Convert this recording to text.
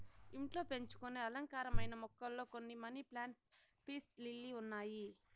ఇంట్లో పెంచుకొనే అలంకారమైన మొక్కలలో కొన్ని మనీ ప్లాంట్, పీస్ లిల్లీ ఉన్నాయి